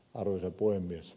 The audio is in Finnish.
arvoisa puhemies